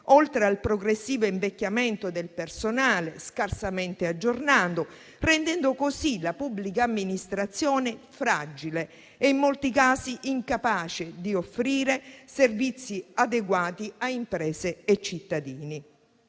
del progressivo invecchiamento del personale, scarsamente aggiornato, rendendo così la pubblica amministrazione fragile e, in molti casi, incapace di offrire servizi adeguati a imprese e cittadini.